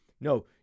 no